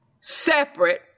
separate